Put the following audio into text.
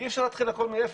אי-אפשר להתחיל הכול מאפס.